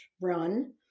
run